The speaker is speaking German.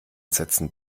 sätzen